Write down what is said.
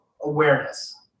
awareness